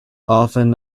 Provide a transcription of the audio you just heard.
often